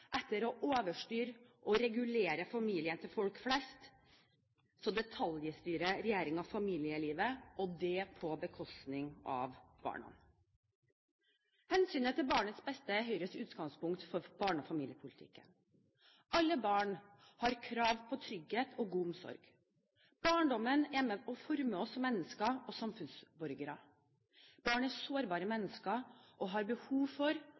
etter å overstyre og regulere familien til folk flest detaljstyrer regjeringen familielivet, og det på bekostning av barna. Hensynet til barnets beste er Høyres utgangspunkt for barne- og familiepolitikken. Alle barn har krav på trygghet og god omsorg. Barndommen er med på å forme oss som mennesker og samfunnsborgere. Barn er sårbare mennesker og har behov for